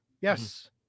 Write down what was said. yes